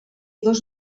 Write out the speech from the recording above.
dos